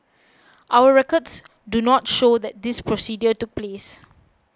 our records do not show that this procedure took place